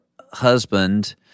husband